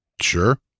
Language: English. Sure